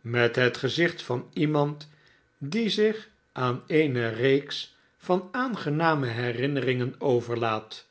met het gezicht van iemand die zich aan eene reeks van aangename herinneringen overlaat